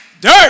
Dirt